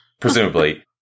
Presumably